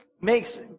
makes